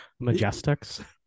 Majestics